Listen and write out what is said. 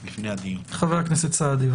בבקשה, חבר הכנסת סעדי.